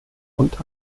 unter